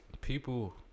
people